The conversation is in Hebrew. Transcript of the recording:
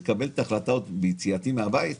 לקבל את ההחלטה עוד ביציאתי מן הבית,